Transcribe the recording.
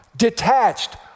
detached